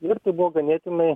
ir tai buvo ganėtinai